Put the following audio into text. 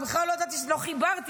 בכלל לא ידעתי, לא חיברתי.